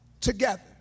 together